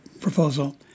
proposal